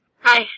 Hi